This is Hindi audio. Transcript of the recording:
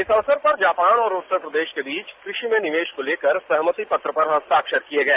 इस अवसर पर जापान और उत्तर प्रदेश के बीच कृषि में निवेश को लेकर सहमति पत्र पर हस्ताक्षर किए गए